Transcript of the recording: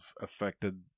affected